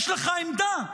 יש לך עמדה,